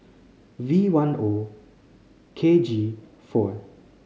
V one O K G four